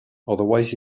otherwise